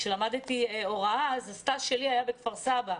כשלמדתי הוראה, הסטאז' שלי היה בכפר סבא,